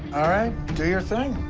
all right. do your thing.